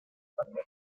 familia